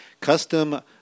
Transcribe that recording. custom